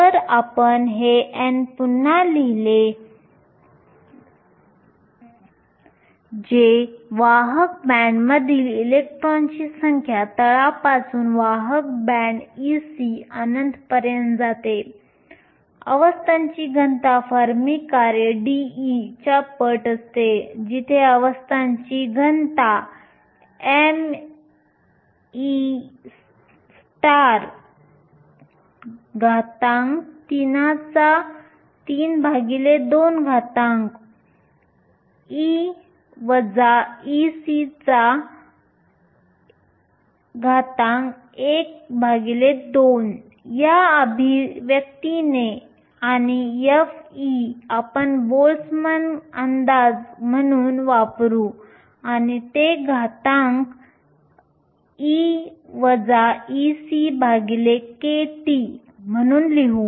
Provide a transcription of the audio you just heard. जर आपण हे n पुन्हा लिहिले जे वाहक बँडमधील इलेक्ट्रॉनची संख्या तळापासून वाहक बँड Ec अनंत पर्यंत जाते अवस्थांची घनता फर्मी कार्य dE च्या पट असते जिथे अवस्थांची घनता ही me32 12 या अभिव्यक्तीने आणि f आपण बोल्टझमॅन अंदाज म्हणून वापरु आणि ते घातांक E EckT म्हणून लिहू